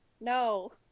no